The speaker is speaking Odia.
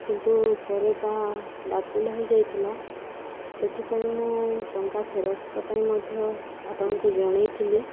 କିନ୍ତୁ ପରେ ତା' ବାତିଲ ହୋଇ ଯାଇଥିଲା ସେଥିପାଇଁ ମୁଁ ଟଙ୍କା ଫେରସ୍ତ ପାଇଁ ମଧ୍ୟ ଆପଣଙ୍କୁ ଜଣାଇଥିଲି